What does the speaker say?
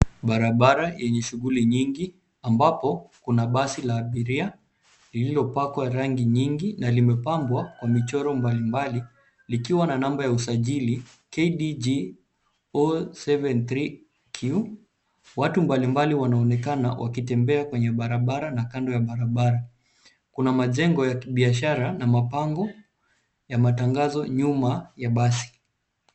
Barabara yenye shughuli nyingi ambapo kuna basi la abiria lililopakwa rangi nyingi na limepangwa kwa michoro mbalimbali likiwa na namba ya usajili KDG 073Q. Watu mbalimbali wanaonekana wakitembea kwenye barabara na kando ya barabara. Kuna majengo ya kibiashara na mabango ya matangazo nyuma ya basi.